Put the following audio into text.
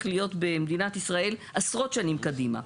להיות במדינת ישראל עשרות שנים קדימה.